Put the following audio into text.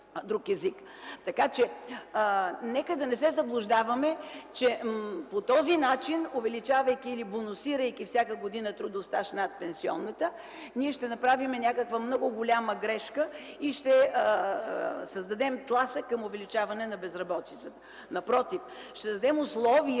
Така че нека да не се заблуждаваме, че по този начин, увеличавайки или бонусирайки всяка година трудов стаж над пенсионната възраст, ние ще направим някаква много голяма грешка и ще дадем тласък за увеличаване на безработицата. Напротив, ще създадем условия